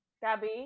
Gabby